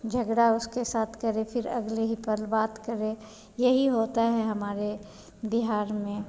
झगड़ा उसके साथ करे फिर अगले ही पल बात करे यही होता है हमारे बिहार में